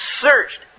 searched